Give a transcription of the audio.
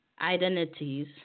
identities